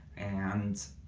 and,